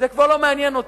זה כבר לא מעניין אותי,